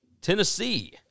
Tennessee